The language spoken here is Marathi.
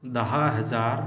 दहा हजार